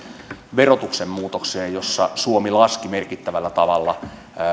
verotuksen muutokseen jossa suomi laski merkittävällä tavalla